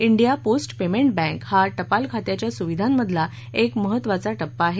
India post payment bank हा टपाल खात्याच्या सुविधांमधला एक महत्त्वाचा टप्पा आहे